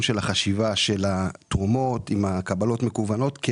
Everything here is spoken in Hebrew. של החשיבה של התרומות עם הקבלות מקוונות,